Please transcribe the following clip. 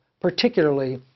particularly